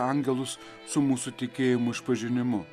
angelus su mūsų tikėjimo išpažinimu